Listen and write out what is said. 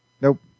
Nope